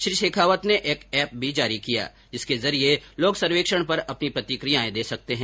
श्री शेखावत ने एक एप भी जारी किया जिसके जरिए लोग सर्वेक्षण पर अपनी प्रॅतिक्रिया दे सकते है